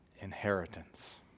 inheritance